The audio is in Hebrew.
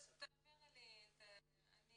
תעבירי לי.